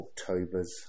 October's